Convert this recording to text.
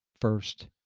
First